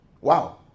Wow